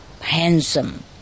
handsome